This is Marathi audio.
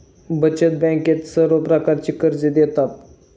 बचत बँकेत सर्व प्रकारची कर्जे देतात